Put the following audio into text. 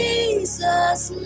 Jesus